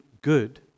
good